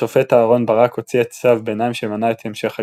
השופט אהרן ברק הוציא צו ביניים שמנע את המשך הגירוש,